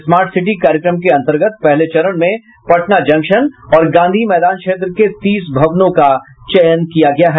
smart city कार्यक्रम के अन्तर्गत पहले चरण में पटना जंक्शन और गांधी मैदान क्षेत्र के तीस भवनों का चयन किया गया है